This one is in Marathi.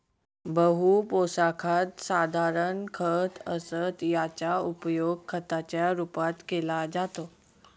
बहु पोशाखात साधारण खत असतं याचा उपयोग खताच्या रूपात केला जातो